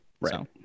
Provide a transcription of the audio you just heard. Right